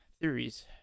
theories